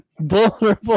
vulnerable